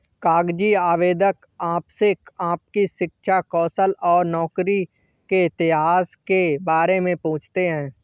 कागजी आवेदन आपसे आपकी शिक्षा, कौशल और नौकरी के इतिहास के बारे में पूछते है